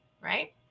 Right